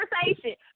conversation